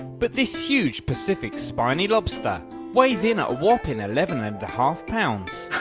but this huge pacific spiny lobster weighs in at a whopping eleven and a half pounds.